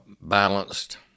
balanced